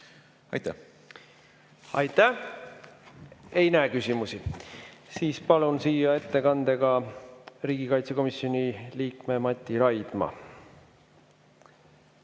Aitäh! Aitäh! Ei näe küsimusi. Palun siia ettekandega riigikaitsekomisjoni liikme Mati Raidma.